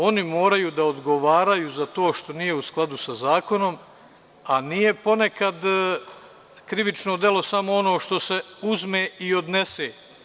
Oni moraju da odgovaraju za to što nije u skladu sa zakonom, a nije ponekad krivično delo samo ono što se uzme i odnese.